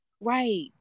right